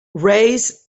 race